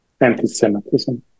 anti-Semitism